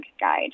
guide